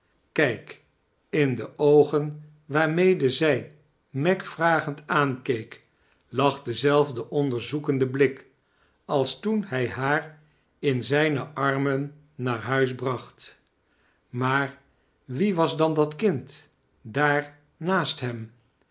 kijk in de oogen waarmede zij meg vragend aankeek lag dezelfde onderzoekende blik als toen hij haar in zijne armen naar liuis braclit maar wie was dan dat kind daar naast hem